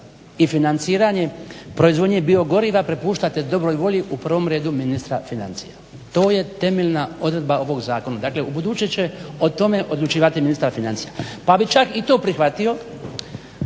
i financiranje proizvodnje biogoriva prepuštate dobroj volji u prvom redu ministra financija. To je temeljna odredba ovog zakona. Dakle, ubuduće će o tome odlučivati ministar financija. Pa bih čak i to prihvatio